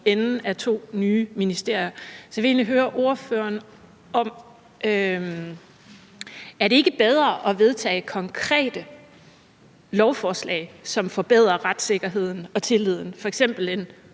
enden af to nye ministerier. Så jeg vil egentlig høre ordføreren: Er det ikke bedre at vedtage konkrete lovforslag, som forbedrer retssikkerheden og tilliden, f.eks. ved